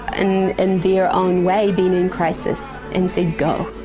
and in their own way, been in crisis, and said, go.